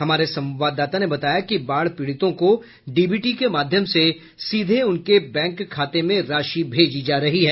हमारे संवाददाता ने बताया कि बाढ़ पीड़ितों को डीबीटी के माध्यम से सीधे उनके बैंक खाते में राशि भेजी जा रही है